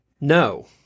No